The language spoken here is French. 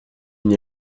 n’y